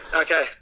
okay